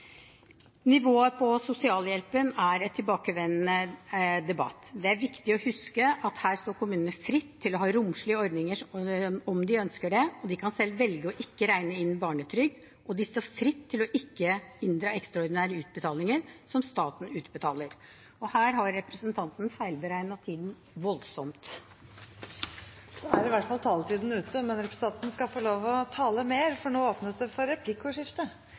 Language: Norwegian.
Nivået på sosialhjelpen er en tilbakevendende debatt. Det er viktig å huske at her står kommunene fritt til å ha romslige ordninger om de ønsker. De kan selv velge å ikke regne inn barnetrygd, og de står fritt til å ikke inndra ekstraordinære utbetalinger som staten utbetaler. – Her har representanten feilberegnet tiden, voldsomt. Det blir replikkordskifte. Norge er bygd på følgende samfunnsfundament: Uavhengig av hvor i landet man bor, og størrelsen på lommeboken skal